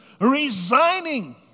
resigning